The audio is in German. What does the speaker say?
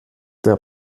der